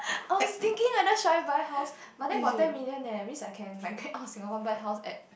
I was thinking whether should I buy house but then got ten million eh means I can migrate out of Singapore buy house at